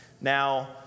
Now